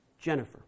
Jennifer